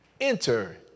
Enter